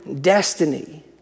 destiny